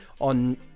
on